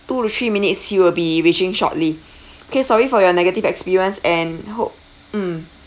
two to three minutes he will be reaching shortly okay sorry for your negative experience and hope mm